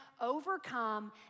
overcome